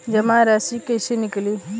जमा राशि कइसे निकली?